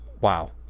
wow